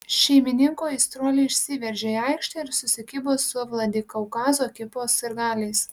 šeimininkų aistruoliai išsiveržė į aikštę ir susikibo su vladikaukazo ekipos sirgaliais